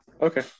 Okay